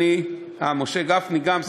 משה גפני גם.